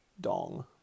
dong